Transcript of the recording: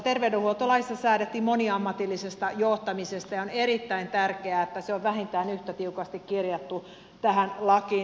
terveydenhuoltolaissa säädettiin moniammatillisesta johtamisesta ja on erittäin tärkeää että se on vähintään yhtä tiukasti kirjattu tähän lakiin